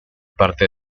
parte